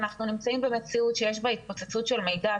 אנחנו נמצאים במציאות שיש בה התפוצצות של מידע.